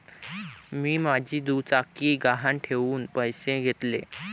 मी माझी दुचाकी गहाण ठेवून पैसे घेतले